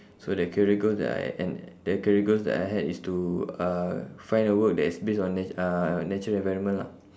so that career goals that I and the career goals that I had is to uh find a work that is based on na~ uh natural environment lah